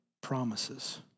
promises